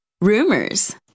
rumors